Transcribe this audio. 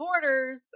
borders